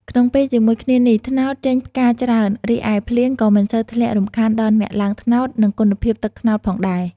ក្នុងពេលជាមួយគ្នានេះ ត្នោតចេញផ្កាច្រើន រីឯភ្លៀងក៏មិនសូវធ្លាក់រំខានដល់អ្នកឡើងត្នោត និងគុណភាពទឹកត្នោតផងដែរ។